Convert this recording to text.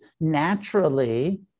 naturally